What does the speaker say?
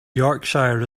yorkshire